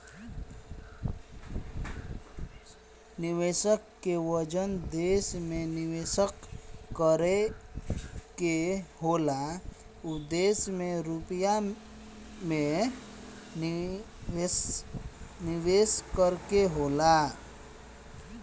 निवेशक के जवन देश में निवेस करे के होला उ देश के रुपिया मे निवेस करे के होला